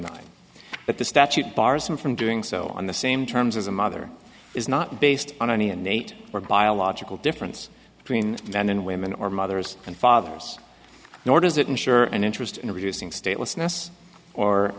nine but the statute bars him from doing so on the same terms as a mother is not based on any innate or biological difference between man and women or mothers and fathers nor does it insure an interest in reducing state